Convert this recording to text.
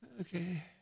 Okay